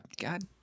God